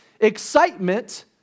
Excitement